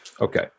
okay